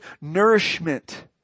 nourishment